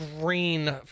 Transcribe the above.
green